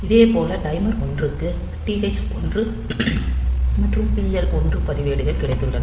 இதேபோல் டைமர் 1 க்கு TH1 மற்றும் TL1 பதிவேடுகள் கிடைத்துள்ளது